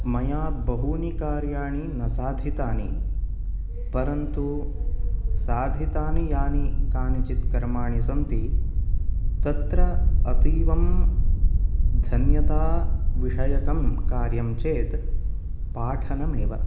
मया बहूनि कार्याणि न साधितानि परन्तु साधितानि यानि कानिचित् कर्माणि सन्ति तत्र अतीवं धन्यताविषयकं कार्यं चेत् पाठनं एव